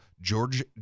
George